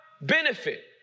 benefit